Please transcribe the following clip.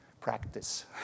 practice